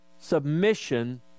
submission